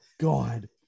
God